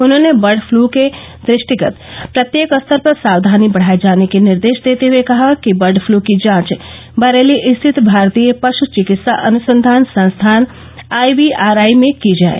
उन्होंने bird flu के दृष्टिगत प्रत्येक स्तर पर साक्षानी बढ़ाए जाने के निर्देश देते हए कहा कि बर्ड पलू की जांच बरेली स्थित भारतीय पशु चिकित्सा अनुसंधान संस्थान आईवीआरआई में की जाए